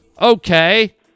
Okay